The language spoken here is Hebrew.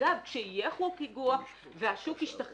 אגב כשיהיה חוק איגו"ח והשוק ישתכלל,